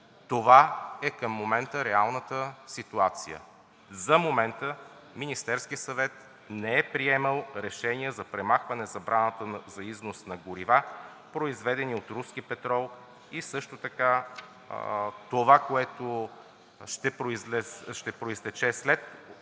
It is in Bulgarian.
Това е към момента реалната ситуация. За момента Министерският съвет не е приемал решения за премахване забраната за износ на горива, произведени от руски петрол. Също така, от това, което ще произтече след